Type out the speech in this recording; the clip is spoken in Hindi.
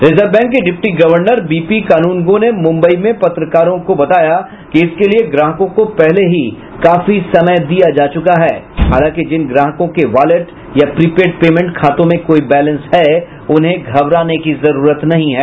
रिजर्व बैंक के deputy governor B P Kanungo ने मुंबई में पत्रकारों को बताया कि इसके लिए ग्राहकों को पहले ही काफी समय दिया जा चुका है हालांकि जिन ग्राहकों के वॉलेट या प्रीपेड पेमेंट खातों में कोई बैलेंस है उन्हें घबराने की जरूरत नहीं है